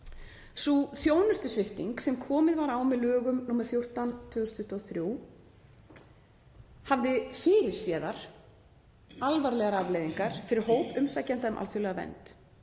Sú þjónustusvipting sem komið var á með lögum nr. 14/2023 […] hafði fyrirséðar alvarlegar afleiðingar fyrir hóp umsækjenda um alþjóðlega vernd.